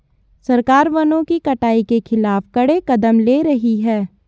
सरकार वनों की कटाई के खिलाफ कड़े कदम ले रही है